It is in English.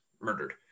murdered